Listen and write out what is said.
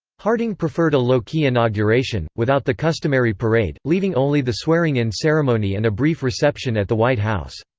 harding preferred a low-key inauguration, without the customary parade, leaving only the swearing-in ceremony and a brief reception at the white house.